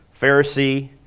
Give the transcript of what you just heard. Pharisee